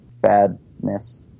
badness